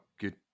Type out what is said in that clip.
good